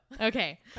okay